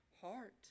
heart